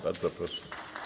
Bardzo proszę.